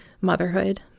motherhood